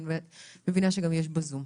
ואני מבינה שיש גם בזום.